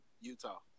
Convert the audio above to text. Utah